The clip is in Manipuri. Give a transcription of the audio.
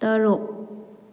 ꯇꯔꯨꯛ